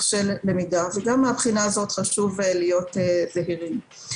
למידה ומהבחינה הזו חשוב להיות זהירים.